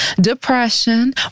depression